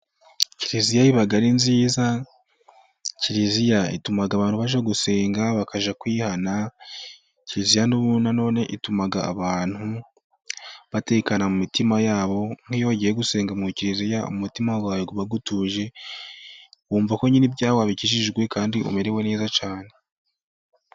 Kiliziya iba ari nziza, kiliziya ituma abantu baje gusenga bakajya kwihana, kiziya ituma na none abantu batekana, mu mitima yabo, nk'iyo wagiye gusenga mu kiliziya, umutima wawe uba utuje wumva ko nyine ibyaha wabikijijwe kandi umerewe neza cyane.